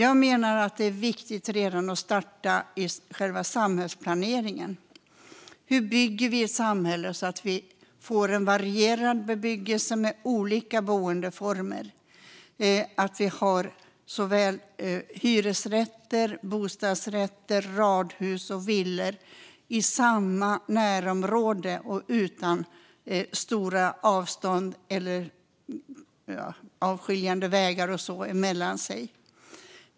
Det är viktigt att starta redan i själva samhällsplaneringen. Hur bygger vi ett samhälle så att vi får en varierad bebyggelse med olika boendeformer? I samma närområde ska det finnas såväl hyresrätter som bostadsrätter, radhus och villor utan stora avstånd eller avskiljande vägar.